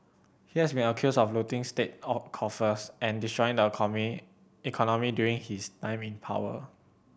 he has been accused of looting state out coffers and destroying the economy during his time in power